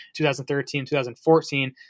2013-2014